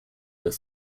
but